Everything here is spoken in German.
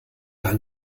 gar